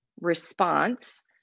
response